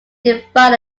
define